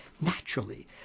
naturally